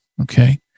Okay